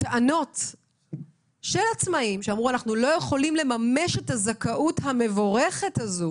טענות של עצמאים שאמרו: אנחנו לא יכולים לממש את זכאות המבורכת הזו